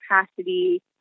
capacity